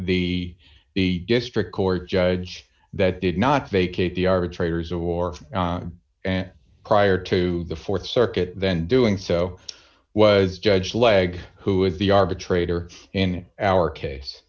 the the district court judge that did not vacate the arbitrators or prior to the th circuit then doing so was judge leg who is the arbitrator in our case